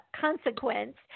Consequence